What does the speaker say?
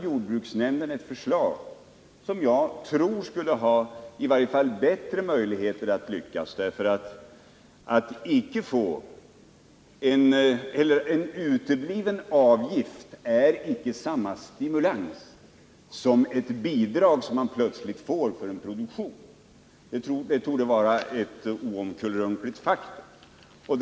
Jordbruksnämnden hade ett förslag som jag tror skulle haft bättre möjligheter att lyckas. En utebliven avgift innebär nämligen icke samma stimulans som ett bidrag som man plötsligt får för en produktion. Det torde vara ett oomkullrunkeligt faktum.